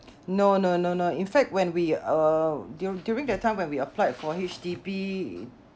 no no no no in fact when we uh du~ during that time when we applied for H_D_B